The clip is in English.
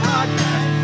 Podcast